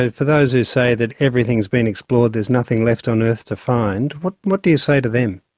and for those who say that everything has been explored there's nothing left on earth to find. what what do you say to them?